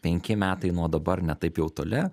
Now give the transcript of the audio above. penki metai nuo dabar ne taip jau toli